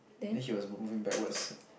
then he was moving backwards